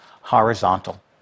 horizontal